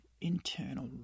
internal